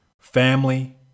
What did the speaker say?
family